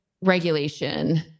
regulation